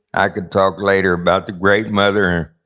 i could talk later about the great mother